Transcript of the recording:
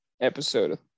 episode